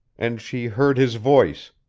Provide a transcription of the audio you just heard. and she heard his voice,